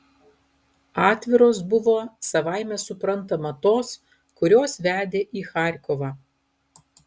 atviros buvo savaime suprantama tos kurios vedė į charkovą